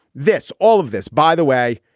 this all of this, by the way,